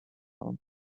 down